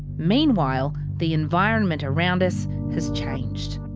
meanwhile, the environment around us has changed.